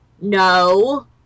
no